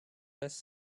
less